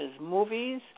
movies